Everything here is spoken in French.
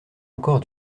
encore